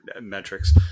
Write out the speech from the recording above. metrics